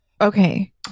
Okay